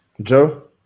Joe